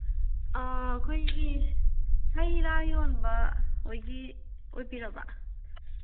ꯑꯩꯈꯣꯏꯒꯤ ꯍꯩ ꯔꯥ ꯌꯣꯟꯕꯈꯣꯏꯒꯤ ꯑꯣꯏꯕꯤꯔꯕ